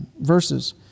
verses